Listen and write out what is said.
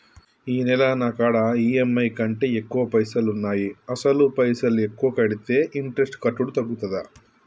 ఈ నెల నా కాడా ఈ.ఎమ్.ఐ కంటే ఎక్కువ పైసల్ ఉన్నాయి అసలు పైసల్ ఎక్కువ కడితే ఇంట్రెస్ట్ కట్టుడు తగ్గుతదా?